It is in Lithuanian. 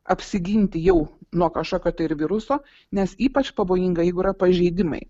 apsiginti jau nuo kažkokio viruso nes ypač pavojinga jeigu yra pažeidimai